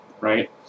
Right